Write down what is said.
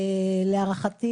להערכתי